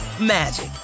magic